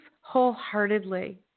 wholeheartedly